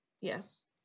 Yes